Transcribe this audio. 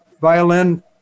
violin